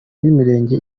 b’imirenge